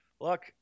Look